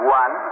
one